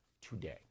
today